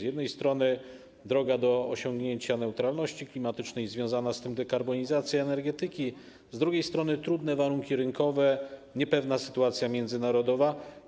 Z jednej strony droga do osiągnięcia neutralności klimatycznej, związana z tym dekarbonizacja energetyki, z drugiej strony trudne warunki rynkowe, niepewna sytuacja międzynarodowa.